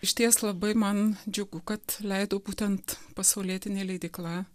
išties labai man džiugu kad leido būtent pasaulietinė leidykla